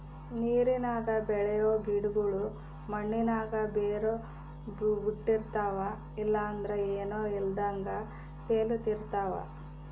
ನೀರಿನಾಗ ಬೆಳಿಯೋ ಗಿಡುಗುಳು ಮಣ್ಣಿನಾಗ ಬೇರು ಬುಟ್ಟಿರ್ತವ ಇಲ್ಲಂದ್ರ ಏನೂ ಇಲ್ದಂಗ ತೇಲುತಿರ್ತವ